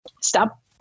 stop